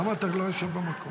למה אתה לא יושב במקום?